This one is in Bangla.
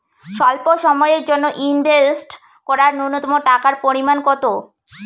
স্বল্প সময়ের জন্য ইনভেস্ট করার নূন্যতম টাকার পরিমাণ কত?